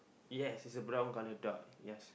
yes is a brown colour dog yes